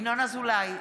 ינון אזולאי,